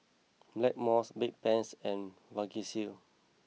Blackmores Bedpans and Vagisil